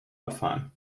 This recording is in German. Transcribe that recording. abfahren